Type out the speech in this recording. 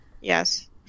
yes